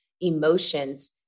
emotions